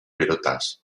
virutas